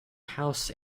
house